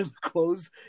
clothes